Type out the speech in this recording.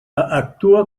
actua